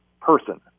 person